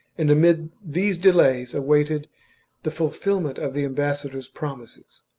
and amid these delays awaited the fulfilment of the ambassa dors' promises.